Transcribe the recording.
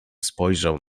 spojrzał